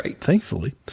thankfully